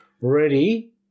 ready